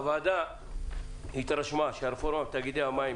הוועדה התרשמה שהרפורמה בתאגידי המים,